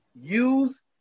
use